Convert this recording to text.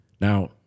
Now